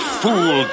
fool